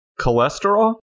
Cholesterol